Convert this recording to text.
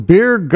Beer